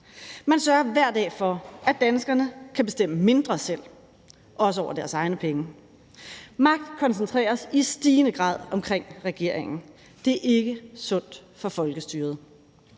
Man sørger hver dag for, at danskerne kan bestemme mindre selv, også over deres egne penge. Magt koncentreres i stigende grad omkring regeringen. Det er ikke sundt for folkestyret.